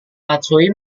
matsui